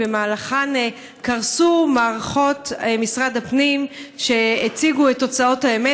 במהלכן קרסו מערכות משרד הפנים שהציגו את תוצאות האמת.